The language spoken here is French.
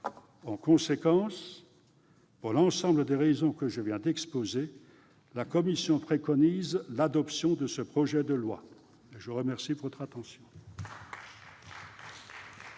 En conséquence, pour l'ensemble des raisons que je viens d'exposer, la commission préconise l'adoption de ce projet de loi. La parole est